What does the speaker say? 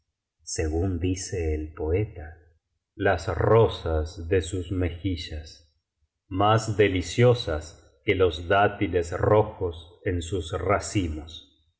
según dice el poeta las rosas de sus mejillas más deliciosas que los dátiles rojos en sas racimos